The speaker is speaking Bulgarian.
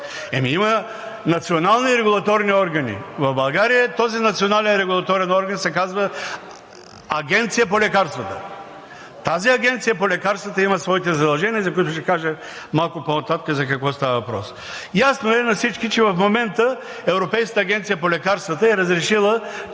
Ами има национални регулаторни органи в България. Този национален регулаторен орган се казва Агенция по лекарствата. Тази Агенция по лекарствата има своите задължения, за които ще кажа малко по-нататък за какво става въпрос. Ясно е на всички, че в момента Европейската агенция по лекарствата е разрешила